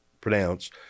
pronounce